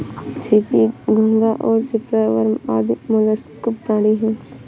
CP, घोंगा और shrimp worm आदि मौलास्क प्राणी हैं